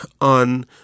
on